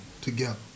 together